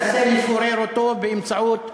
אל תטיף מוסר, חבר הכנסת טיבי.